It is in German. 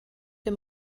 dem